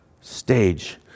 stage